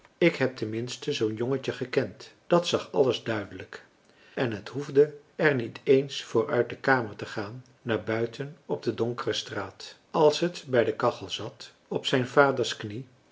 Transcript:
ik heb ten minste zoo'n jongetje gekend dat zag alles duidelijk en het hoefde er niet eens voor uit de kamer te gaan naar buiten op de donkere straat als het bij de kachel zat op zijn vaders knie